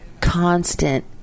constant